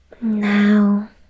now